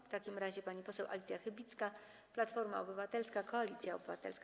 W takim razie pani poseł Alicja Chybicka, Platforma Obywatelska - Koalicja Obywatelska.